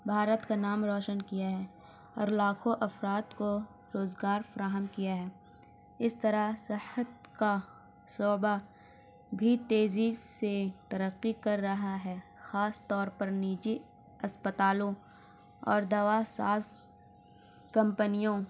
بھارت کا نام روشن کیا ہے اور لاکھوں افراد کو روزگار فراہم کیا ہے اس طرح صحت کا صعبہ بھی تیزی سے ترقی کر رہا ہے خاص طور پر نجی اسپتالوں اور دوا ساس کمپنیوں